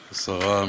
השרה,